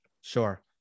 Sure